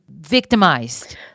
victimized